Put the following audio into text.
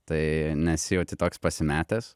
tai nesijauti toks pasimetęs